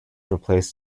replaced